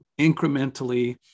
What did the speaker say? incrementally